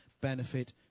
benefit